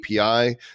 API